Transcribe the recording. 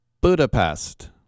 Budapest